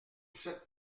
cette